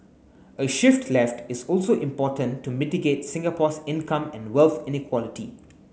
a shift left is also important to mitigate Singapore's income and wealth inequality